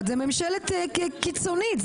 זאת ממשלה קיצונית.